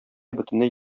бөтенләй